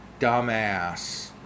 Dumbass